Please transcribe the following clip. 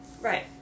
Right